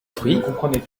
fruits